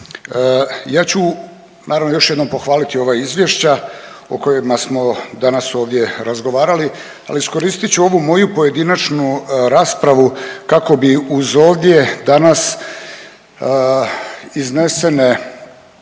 ja ću naravno još jednom pohvaliti ova izvješća o kojima smo danas ovdje razgovarali, ali iskoristit ću ovu moju pojedinačnu raspravu kako bi uz ovdje danas iznesene